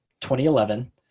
2011